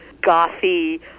gothy